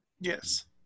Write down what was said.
Yes